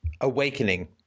Awakening